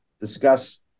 discuss